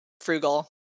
frugal